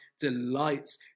delights